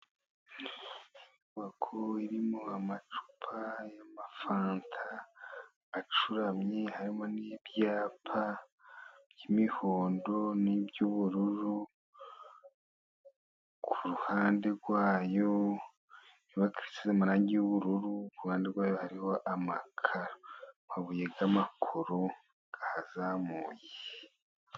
Inyubako irimo amacupa y'amafanta, acuramye harimo n'ibyapa by'imihondo, n'iby'ubururu, ku ruhande rwayo, inyubako isize amarangi y'ubururu, iruhande rwayo, hariho amakaro, amabuye y'amakoro ahazamuye.